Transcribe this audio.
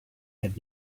had